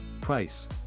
Price